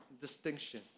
distinction